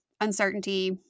uncertainty